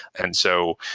and so